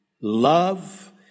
love